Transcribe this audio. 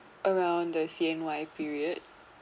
around the C_N_Y period